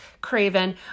Craven